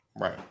Right